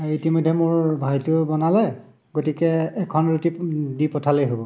ইতিমধ্যে মোৰ ভাইটোৱে বনালে গতিকে এখন ৰুটি দি পঠালেই হ'ব